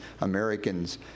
Americans